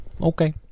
Okay